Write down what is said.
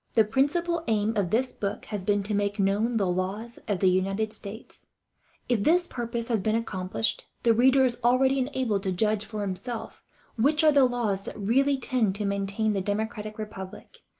the principal aim of this book has been to make known the laws of the united states if this purpose has been accomplished, the reader is already enabled to judge for himself which are the laws that really tend to maintain the democratic republic,